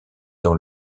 dans